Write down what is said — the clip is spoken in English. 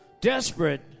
desperate